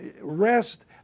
rest